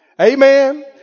Amen